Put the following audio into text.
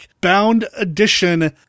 bound-edition